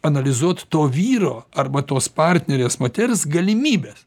analizuot to vyro arba tos partnerės moters galimybes